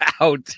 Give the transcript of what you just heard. out